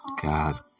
God's